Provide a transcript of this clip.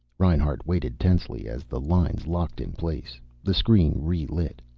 reinhart waited tensely as the lines locked in place. the screen re-lit.